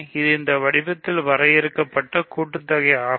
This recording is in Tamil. இது இந்த வடிவத்தின் வரையறுக்கப்பட்ட கூட்டுத்தொகை ஆகும்